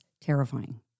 terrifying